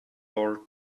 door